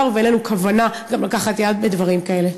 ואין לנו כוונה גם לקחת יד בדברים כאלה.